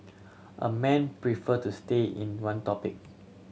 a men prefer to stay in one topic